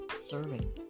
serving